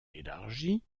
élargi